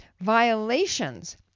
violations